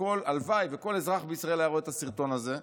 הלוואי שכל אזרח בישראל היה רואה את הסרטון הזה,